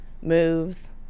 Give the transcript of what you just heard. moves